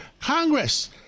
Congress